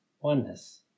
oneness